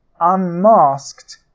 unmasked